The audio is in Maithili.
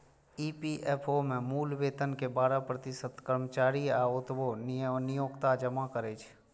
ई.पी.एफ.ओ मे मूल वेतन के बारह प्रतिशत कर्मचारी आ ओतबे नियोक्ता जमा करै छै